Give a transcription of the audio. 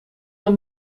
een